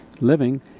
living